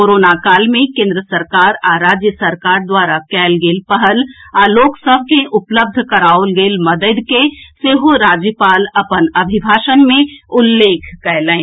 corona काल मे केन्द्र सरकार आ राज्य सरकार द्वारा कएल गेल पहल आ लोक सभ के उपलब्ध कराओल गेल मददि के सेहो राज्यपाल अपन अभिभाषण मे उल्लेख कएलनि